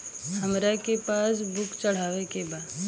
हमरा के पास बुक चढ़ावे के बा?